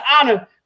honor